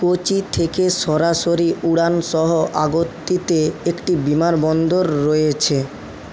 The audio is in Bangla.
কোচি থেকে সরাসরি উড়ান সহ আগত্তিতে একটি বিমানবন্দর রয়েছে